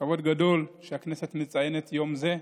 כבוד גדול שהכנסת מציינת יום זה.